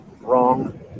Wrong